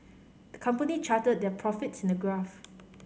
the company charted their profits in a graph